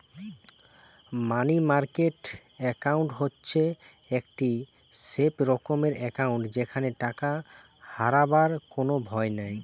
মানি market account হচ্ছে একটি safe রকমের একাউন্ট যেখানে টাকা হারাবার কোনো ভয় নাই